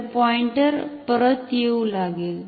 तर पॉईंटर परत येऊ लागेल